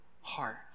heart